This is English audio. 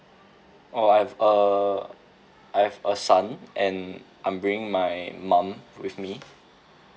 oh I have a I have a son and I'm bringing my mom with me